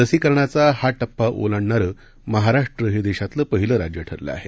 लसीकरणाचा हा टप्पा ओलांडणारं महाराष्ट्र हे देशातलं पहिलं राज्य ठरलं आहे